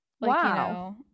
wow